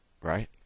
Right